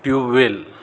tubewell